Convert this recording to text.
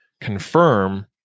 confirm